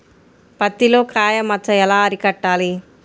పత్తిలో కాయ మచ్చ ఎలా అరికట్టాలి?